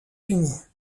unis